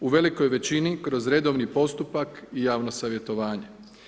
U velikoj većini, kroz redovni postupak i javno savjetovanje.